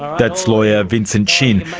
that's lawyer vincent shin,